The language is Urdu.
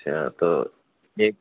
اچھا تو جی